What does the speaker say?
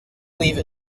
leave